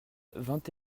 vingt